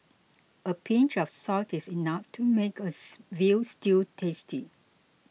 a pinch of salt is enough to make us Veal Stew tasty